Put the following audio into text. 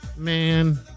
Man